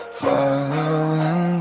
following